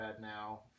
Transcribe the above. now